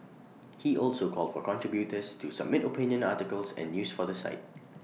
he also called for contributors to submit opinion articles and news for the site